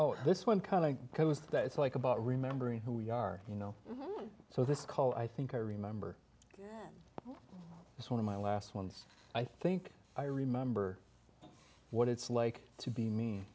oh this one coming because it's like about remembering who we are you know so this call i think i remember is one of my last ones i think i remember what it's like to be mean